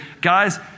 guys